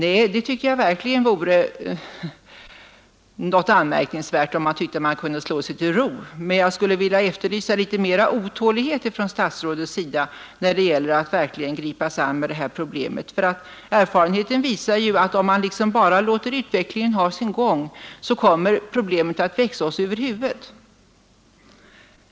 Nej, det tycker jag verkligen vore anmärkningsvärt om man kunde slå sig till ro. Men jag skulle vilja efterlysa litet större otålighet hos statsrådet när det gäller att verkligen gripa sig an med detta problem. Erfarenheten visar att om man bara låter utvecklingen ha sin gång växer problemet oss över huvudet.